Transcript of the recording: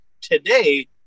today